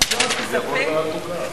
ועדת חוקה.